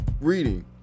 reading